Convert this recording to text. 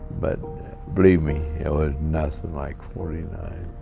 but believe me, it was nothin' like forty nine.